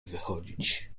wychodzić